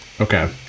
Okay